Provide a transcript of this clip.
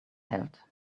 held